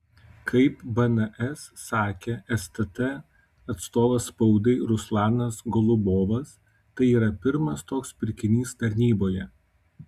kaip bns sakė stt atstovas spaudai ruslanas golubovas tai yra pirmas toks pirkinys tarnyboje